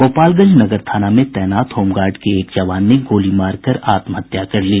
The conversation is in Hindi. गोपालगंज नगर थाना में तैनात होमगार्ड के एक जवान ने गोली मारकर आत्महत्या कर ली